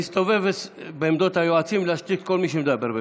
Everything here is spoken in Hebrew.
נא להסתובב בעמדות היועצים ולהשתיק את כל מי שמדבר בקול.